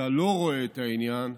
אתה לא רואה את העניין,